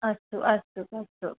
अस्तु अस्तु अस्तु